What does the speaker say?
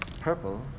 purple